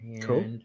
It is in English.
Cool